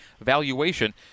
valuation